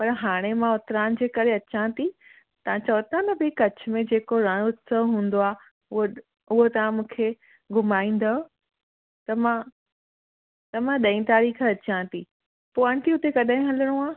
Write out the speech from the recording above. पर हाणे मां उतरायण जे करे अचां थी तव्हां चओ था न भई कच्छ में जेको रण उत्सव हूंदो आहे उहो उहो तव्हां मूंखे घुमाईंदव त मां त मां ॾहीं तारीख़ अचां थी पोइ आंटी हुते कॾहिं हलिणो आहे